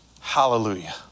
Hallelujah